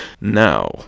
Now